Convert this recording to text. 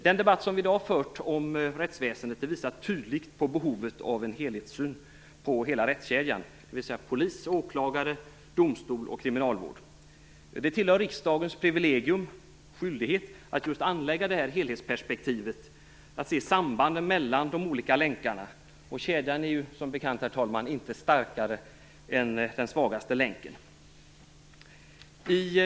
Den debatt som vi i dag har fört om rättsväsendet visar tydligt på behovet av en helhetssyn på hela rättskedjan, dvs. polis, åklagare, domstol och kriminalvård. Det tillhör riksdagens privilegier, dess skyldigheter, att anlägga det här helhetsperspektivet, att se sambanden mellan de olika länkarna. Och kedjan är ju, herr talman, som bekant inte starkare än den svagaste länken.